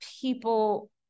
people